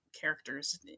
characters